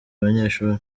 abanyeshuri